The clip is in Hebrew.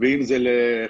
ואם זה לחקלאות.